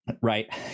right